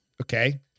Okay